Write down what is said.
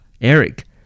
Eric